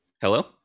Hello